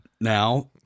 Now